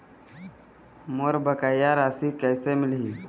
मोर बकाया राशि कैसे मिलही?